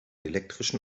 elektrischen